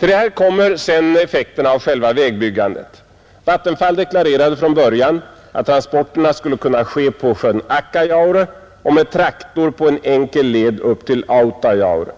Härtill kommer sedan effekterna av själva vägbyggandet. Vattenfall deklarerade från början att transporterna skulle kunna ske på sjön Akkajaure och med traktor på en enkel led upp till Autajaure.